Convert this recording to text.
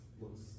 looks